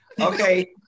okay